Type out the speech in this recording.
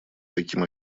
таким